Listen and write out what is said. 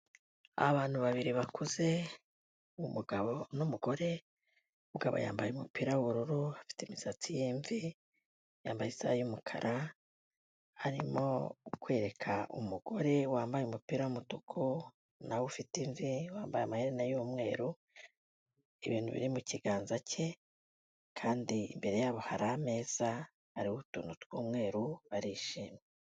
Abantu babiri bakuze umugabo n'umugore, umugabo yambaye umupira w'ubururu afite imisatsi y'imvi, yambaye isaha y'umukara arimo kwereka umugore wambaye umupira w'umutuku na we ufite imvi, wambaye amaherena y'umweru, ibintu biri mu kiganza cye kandi imbere yabo hari ameza ariho utuntu tw'umweru barishimye.